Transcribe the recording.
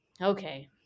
Okay